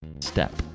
step